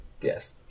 yes